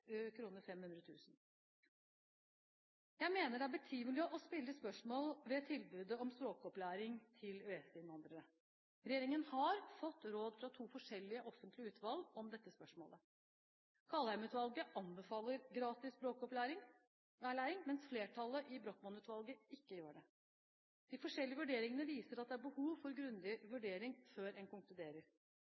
Jeg mener det er betimelig å stille spørsmål ved tilbudet om språkopplæring til EØS-innvandrere. Regjeringen har fått råd fra to forskjellige offentlige utvalg om dette spørsmålet. Kaldheim-utvalget anbefaler gratis språkopplæring, mens flertallet i Brochmann-utvalget ikke gjør det. De forskjellige vurderingene viser at det er behov for grundig vurdering før en konkluderer.